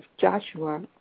Joshua